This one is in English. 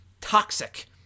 toxic